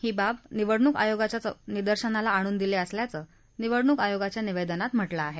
ही बाब निवडणुक आयोगाच्या निर्देशनाला आणून दिली असल्याचं निवडणूक आयोगाच्या निवेदनात म्हटलं आहे